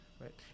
right